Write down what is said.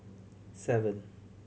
seven